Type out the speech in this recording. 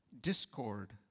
discord